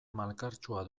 malkartsua